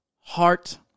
heart